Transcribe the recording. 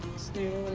still